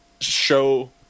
show